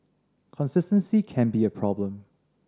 consistency can be a problem